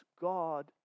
God